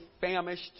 famished